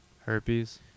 Herpes